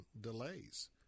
delays